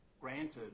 granted